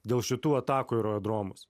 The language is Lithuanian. dėl šitų atakų į aerodromus